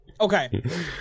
Okay